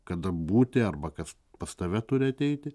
kada būti arba kas pas tave turi ateiti